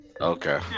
Okay